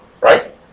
Right